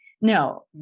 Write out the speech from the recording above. No